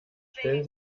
stellen